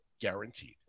guaranteed